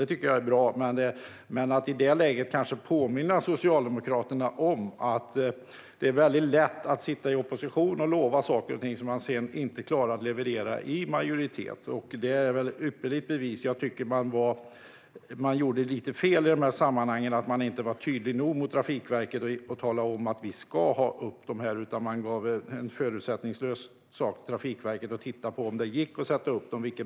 Det tycker jag är bra. Men i det läget ska Socialdemokraterna kanske påminnas om att det är väldigt lätt att sitta i opposition och lova saker och ting som man sedan inte klarar att leverera i majoritet. Detta är ett ypperligt bevis. Man gjorde lite fel i de här sammanhangen och var inte tydlig nog mot Trafikverket med att tala om: Vi ska ha upp dem. Man gav förutsättningslöst Trafikverket i uppdrag att titta på om de gick att sätta upp.